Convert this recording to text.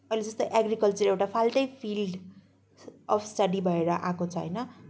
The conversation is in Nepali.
अहिले जस्तो एग्रिकल्चर एउटा फाल्टै फिल्ड अफ स्टडी भएर आएको छ होइन